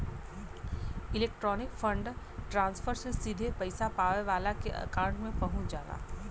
electronic fund transfer से सीधे पइसा पावे वाले के अकांउट में पहुंच जाला